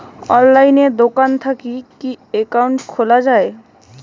অনলাইনে দোকান থাকি কি একাউন্ট খুলা যায়?